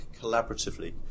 collaboratively